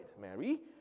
Mary